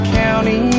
county